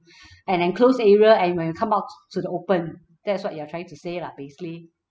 an enclosed area and when you come out to to the open that's what you're trying to say lah basically